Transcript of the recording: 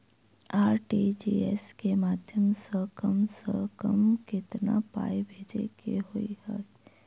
RTGS केँ माध्यम सँ कम सऽ कम केतना पाय भेजे केँ होइ हय?